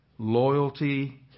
Loyalty